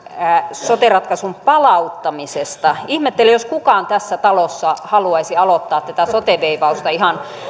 sote ratkaisun palauttamisesta ihmettelen jos kukaan tässä talossa haluaisi aloittaa tätä sote veivausta ihan